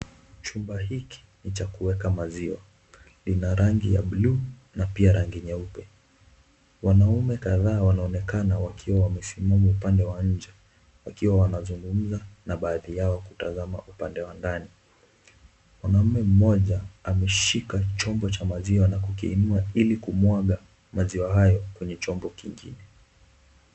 Chumba hiki ni cha kuweka maziwa. Kina rangi ya bluu na pia rangi nyeupe. Wanaume kadhaa wanaonekana wakiwa wamesimama upande wa nje wakiwa wanazungumza na baadhi yao kutazama upande wa ndani. Mwanaume mmoja ameshika chombo cha maziwa na kukiinua ili kumwaga maziwa hayo kwenye chombo kingine.